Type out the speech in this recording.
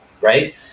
right